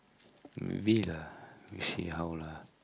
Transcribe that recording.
maybe lah we see how lah